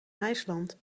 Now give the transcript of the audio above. ijsland